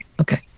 Okay